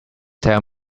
tell